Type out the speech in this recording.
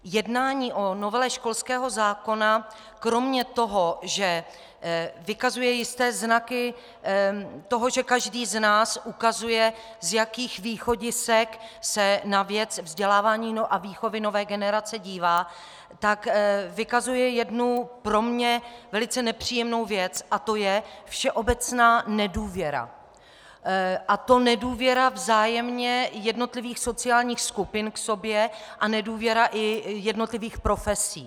Jednání o novele školského zákona kromě toho, že vykazuje jisté znaky toho, že každý z nás ukazuje, z jakých východisek se na věc vzdělávání a výchovy nové generace dívá, vykazuje jednu pro mne velice nepříjemnou věc a to je všeobecná nedůvěra, a to nedůvěra vzájemně jednotlivých sociálních skupin k sobě a nedůvěra i jednotlivých profesí.